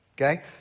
okay